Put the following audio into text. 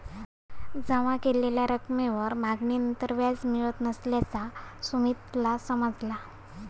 जमा केलेल्या रकमेवर मागणीनंतर व्याज मिळत नसल्याचा सुमीतला समजला